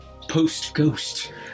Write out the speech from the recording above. post-ghost